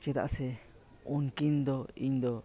ᱪᱮᱫᱟᱥᱮ ᱩᱱᱠᱤᱱ ᱫᱚ ᱤᱧ ᱫᱚ